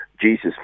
Jesus